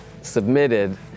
Submitted